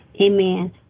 amen